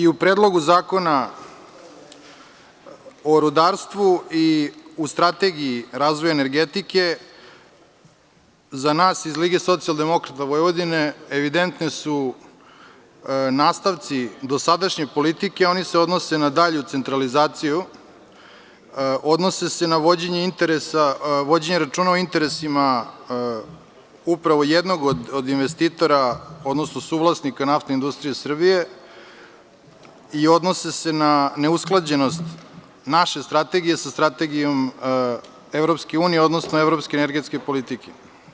U Predlogu zakona o rudarstvu i u Strategiji razvoja energetike za nas i za LSV su evidentni nastavci dosadašnje politike, a oni se odnose na dalju centralizaciju, odnose se na vođenje računa o interesima upravo jednog od investitora, odnosno suvlasnika NIS i odnose se na neusklađenost naše Strategijom sa Strategijom EU, odnosno evropske energetske politike.